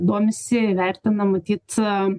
domisi vertina matyt